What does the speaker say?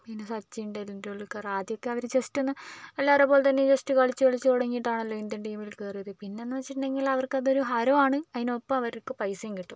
പിന്നെ സച്ചിൻ ടെണ്ടുൽക്കർ ആദ്യമൊക്കെ അവർ ജസ്റ്റ് ഒന്ന് എല്ലാവരേയും പോലെ തന്നെ ജസ്റ്റ് ഒന്ന് കളിച്ച് കളിച്ച് തുടങ്ങിട്ടാണല്ലോ ഇന്ത്യൻ ടീമിൽ കയറിയത് പിന്നെ എന്ന് വെച്ചിട്ടുണ്ടെങ്കിൽ അവർക്ക് അത് ഒരു ഹരമാണ് അതിനൊപ്പം അവർക്ക് പൈസയും കിട്ടും